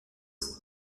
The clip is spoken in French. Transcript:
fois